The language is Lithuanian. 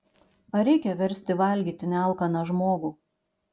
ar reikia versti valgyti nealkaną žmogų